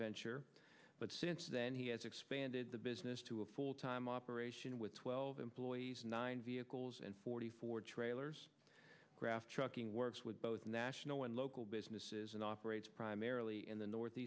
venture but since then he has expanded the business to a full time operation with twelve employees nine vehicles and forty four trailers craft trucking works with both national and local businesses and operates primarily in the north